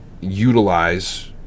Utilize